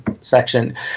section